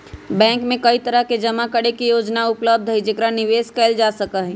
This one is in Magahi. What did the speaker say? बैंक में कई तरह के जमा करे के योजना उपलब्ध हई जेकरा निवेश कइल जा सका हई